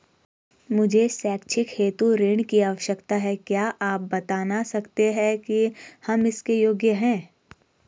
मुझे शैक्षिक हेतु ऋण की आवश्यकता है क्या आप बताना सकते हैं कि हम इसके योग्य हैं?